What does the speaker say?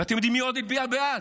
ואתם יודעים מי עוד הצביע בעד?